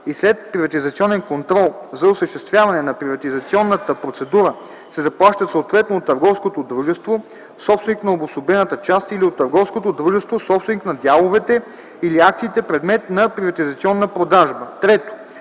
и следприватизационен контрол за осъществяване на приватизационната процедура се заплащат съответно от търговското дружество, собственик на обособената част, или от търговското дружество, собственик на дяловете или акциите, предмет на приватизационна продажба.” 3.